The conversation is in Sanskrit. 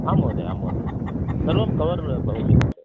आं महोदया आम् महोदया सर्वं कवर् भवति महोदया